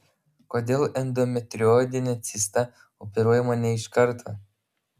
kodėl endometrioidinė cista operuojama ne iš karto